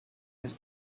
his